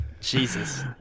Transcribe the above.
Jesus